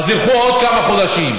אז ילכו עוד כמה חודשים.